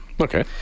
okay